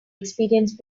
experienced